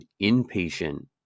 inpatient